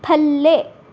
ਥੱਲੇ